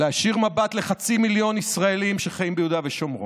להישיר מבט לחצי מיליון ישראלים שחיים ביהודה ושומרון,